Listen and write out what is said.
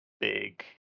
big